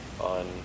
on